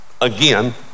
Again